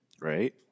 right